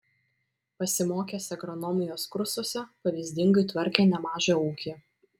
pasimokęs agronomijos kursuose pavyzdingai tvarkė nemažą ūkį